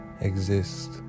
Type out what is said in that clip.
exist